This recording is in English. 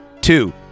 Two